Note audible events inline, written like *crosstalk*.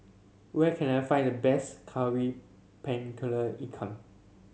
where can I find the best kari *unintelligible* ikan